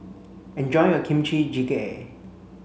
enjoy your Kimchi Jjigae